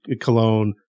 cologne